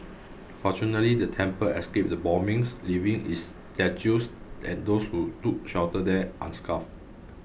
fortunately the temple escaped the bombings leaving its statues and those who took shelter there unscathed